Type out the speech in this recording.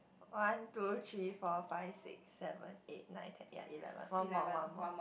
one two three four five six seven eight nine ten ya eleven one more one more